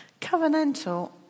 covenantal